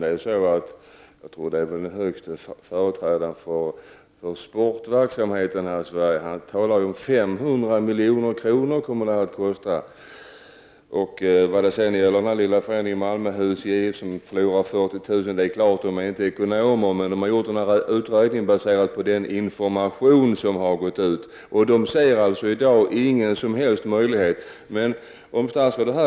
Men jag har för mig att den främste företrädaren för idrottsverksamheten har sagt att det här kommer att kosta 500 milj.kr. I den lilla förening i Malmö, Husie IF, som förlorar 40 000 kr. har man — det gäller i och för sig inte ekonomer — gjort dessa uträkningar på basis av den information som har gått ut. I dag ser man ingen som helst möjlighet att klara detta.